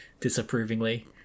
disapprovingly